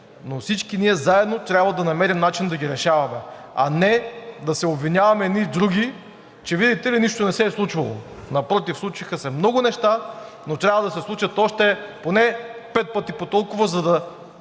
но всички ние заедно трябва да намерим начин да ги решаваме, а не да се обвиняваме един други, че видите ли, нищо не се е случвало. Напротив, случиха се много неща, но трябва да се случат още поне пет пъти по толкова, за да